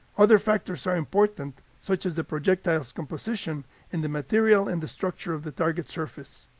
other factors are important, such as the projectile's composition and the material and the structure of the target surface.